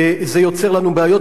וזה יוצר לנו בעיות,